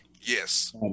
Yes